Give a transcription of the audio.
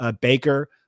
Baker